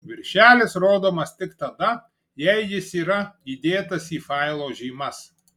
viršelis rodomas tik tada jei jis yra įdėtas į failo žymas